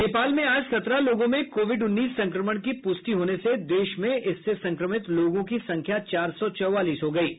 नेपाल में आज सत्रह लोगों में कोविड उन्नीस संक्रमण की पूष्टि होने से देश में इससे संक्रमित लोगों की संख्या चार सौ चौवालीस हो गई है